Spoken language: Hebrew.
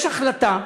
יש החלטה,